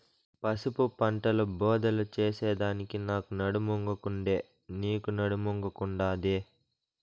పసుపు పంటల బోదెలు చేసెదానికి నాకు నడుమొంగకుండే, నీకూ నడుమొంగకుండాదే